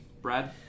Brad